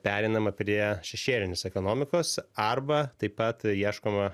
pereinama prie šešėlinės ekonomikos arba taip pat ieškoma